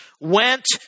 went